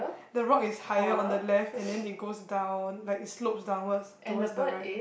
the rock is higher on the left and then it goes down like it slopes downwards towards the right